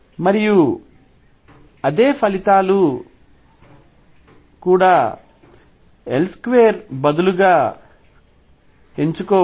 మరియు అదే ఫలితాలు కూడా L2 బదులుగా ఎంచుకోవచ్చు